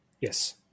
yes